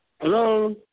Hello